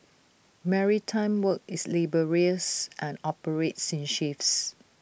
maritime work is laborious and operates in shifts